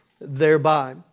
thereby